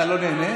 אתה לא נהנה?